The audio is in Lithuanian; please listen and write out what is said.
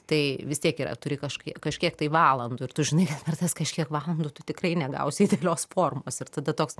tai vis tiek yra turi kažkai kažkiek tai valandų ir tu žinai kad per tas kažkiek valandų tu tikrai negausi idealios formos ir tada toks